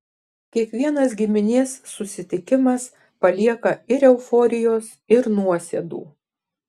kiekvienas giminės susitikimas palieka ir euforijos ir nuosėdų